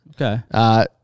Okay